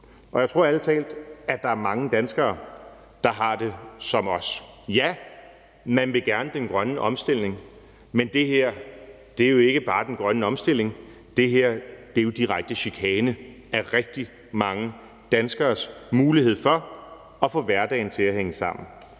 Og jeg tror ærlig talt, at der er mange danskere, der har det som os. Ja, man vil gerne den grønne omstilling, men det her er jo ikke bare den grønne omstilling, for det her er jo en direkte chikane af rigtig mange danskeres mulighed for at få hverdagen til at hænge sammen,